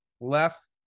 Left